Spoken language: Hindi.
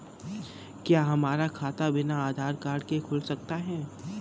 क्या हमारा खाता बिना आधार कार्ड के खुल सकता है?